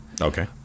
okay